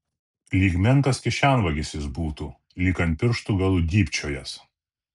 lyg menkas kišenvagis jis būtų lyg ant pirštų galų dybčiojąs